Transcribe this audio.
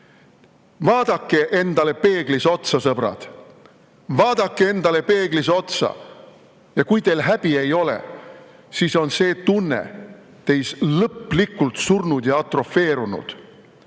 endale peeglis otsa, sõbrad! Vaadake endale peeglis otsa! Ja kui teil häbi ei ole, siis on see tunne teis lõplikult surnud ja atrofeerunud.